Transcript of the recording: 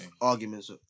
arguments